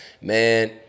man